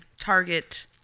target